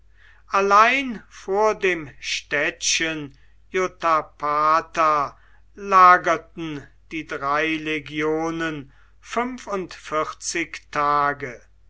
allein vor dem städtchen jotapata lagerten die drei legionen fünfundvierzig tage